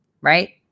right